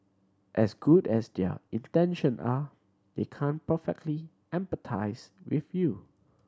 as good as their intention are they can't perfectly empathise with you